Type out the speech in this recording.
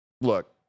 look